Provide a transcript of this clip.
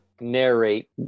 narrate